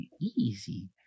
Easy